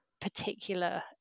particular